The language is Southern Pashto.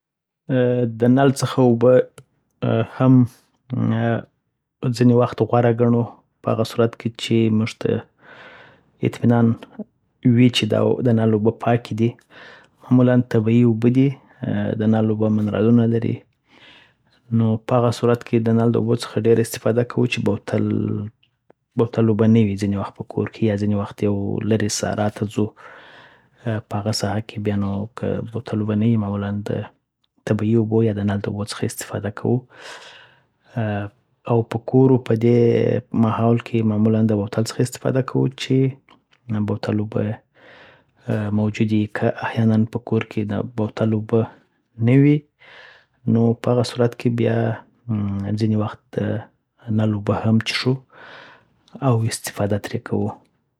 ا د نل څخه اوبه ا هم ا ځینی وخت غوره ګڼو په هغه صورت کی چی مونږ ته اطمینان وی چی د نل اوبه پاکی دی معمولا طبعی اوبه دی دنل اوبه منرالونه لری نو په هغه صورت کی د نل د اوبو څخه ډیر استفاده کوو چی بوتل د بوتل اوبه نه وی ځینی وخت په کور کی یا ځینی وخت لری صحرا ته ځو په هغه ساحه کی بیا نو که د بوتل اوبه نه وی معمولا د طبعی اوبو د نل د اوبو څخه استفاده کوو ا او په کور او په پدی محول کی معمولا د بوتل څخه استفاده کوو چی دبوتل اوبه موجودی یی .که احیانا په کور کی د بوتل اوبه نه وی دنل اوبه هم چیښو او استفاده تری کوو